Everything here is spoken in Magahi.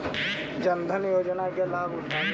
जन धन योजना के लाभ उठावे ला का का करेला सही होतइ?